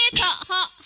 ah da